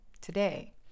today